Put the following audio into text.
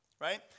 Right